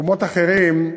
במקומות אחרים,